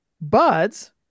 Buds